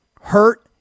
Hurt